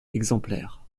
exemplaires